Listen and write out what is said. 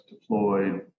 deployed